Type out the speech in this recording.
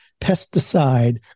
pesticide